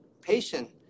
patient